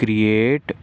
create